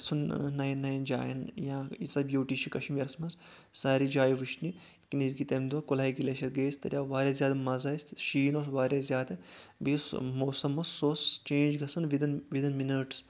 گژھُن نایٚن نایٚن جایَن یا ییٖژاہ بیوٗٹی چھِ کشمیٖرس منٛز سارے جایہِ وٕچھنہِ یِتھ کٔنۍ أسۍ گٔے تمہِ دۄہ کۄلہٕے گلیشر گٔے أسۍ تتہِ آو واریاہ زیٛادٕ مزٕ اَسہِ تہٕ شیٖن اوس واریاہ زیادٕ بیٚیہِ یُس موسم اوس سُہ اوس چینج گژھان وِدِن منٹٕس